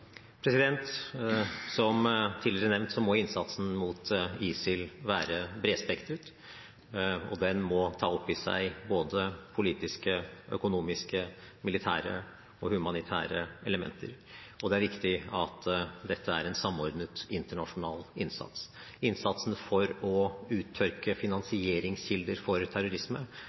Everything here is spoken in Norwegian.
Som tidligere nevnt, må innsatsen mot ISIL være bredspektret, og den må ta opp i seg både politiske, økonomiske, militære og humanitære elementer. Det er også viktig at det er en samordnet internasjonal innsats. Innsatsen for å tørke ut finansieringskilder for terrorisme